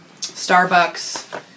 Starbucks